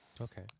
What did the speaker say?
Okay